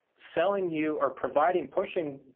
selling you or providing, pushing